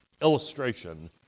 illustration